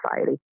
society